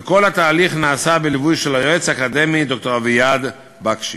וכל התהליך נעשה בליווי של היועץ האקדמי ד"ר אביעד בקשי.